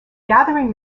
gathering